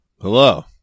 Hello